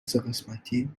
سهقسمتی